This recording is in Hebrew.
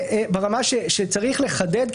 זה ברמה שצריך לחדד,